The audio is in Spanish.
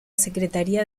secretaría